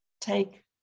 take